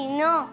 no